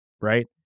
right